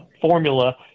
formula –